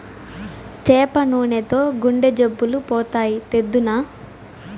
చేప నూనెతో గుండె జబ్బులు పోతాయి, తెద్దునా